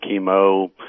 chemo